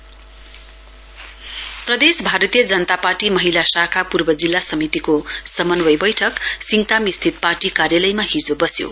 BJP प्रदेश भारतीय जनता पार्टी महिला शाखा पूर्व जिल्ला समितिको समन्वय बैठक हिजो सिङतामस्थित पार्टी कार्यालयमा हिजो बस्यो